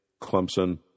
Clemson